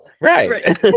Right